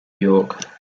york